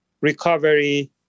Recovery